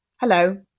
hello